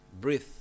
Breathe